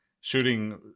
shooting